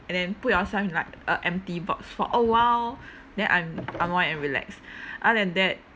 and then put yourself in like a empty box for awhile then un~ unwind and relax other than that